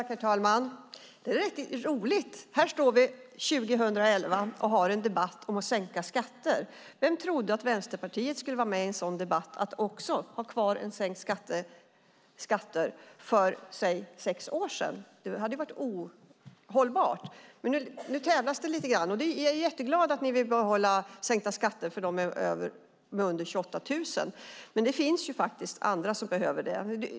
Herr talman! Det här är riktigt roligt. År 2011 har vi här en debatt om att sänka skatter. Vem trodde att Vänsterpartiet skulle vara med i en debatt om att ha kvar sänkta skatter? För, säg sex år sedan hade det varit ohållbart, men nu tävlas det lite grann. Jag är mycket glad över att ni vill behålla sänkta skatter för dem som ligger på nivåer under 28 000 kronor. Men det finns faktiskt andra som behöver det.